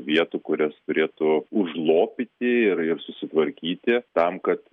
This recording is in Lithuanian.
vietų kurias turėtų užlopyti ir ir susitvarkyti tam kad